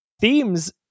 themes